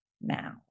now